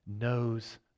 knows